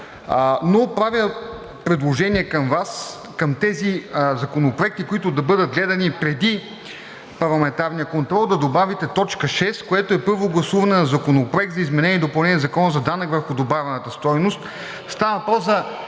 но правя предложение към Вас, към тези законопроекти, които да бъдат гледани преди Парламентарния контрол, да добавите и т. 6, която е: Първо гласуване на Законопроект за изменение и допълнение на Закона за данък върху добавената стойност. Става въпрос